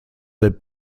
del